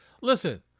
Listen